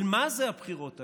על מה זה הבחירות האלה?